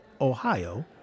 Ohio